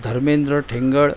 Dharmendra Thengal